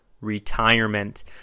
retirement